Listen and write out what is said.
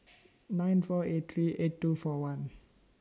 nine four eight three eight two four one